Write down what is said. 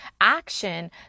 action